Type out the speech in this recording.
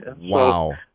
wow